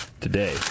today